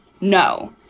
No